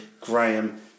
Graham